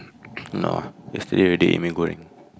no yesterday already eat mee-goreng